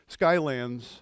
Skylands